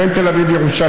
בין תל אביב לירושלים.